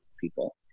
people